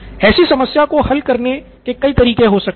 ऐसी समस्या को हल करने के कई तरीके हो सकते हैं